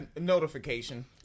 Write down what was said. Notification